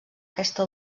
aquesta